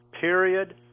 period